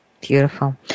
beautiful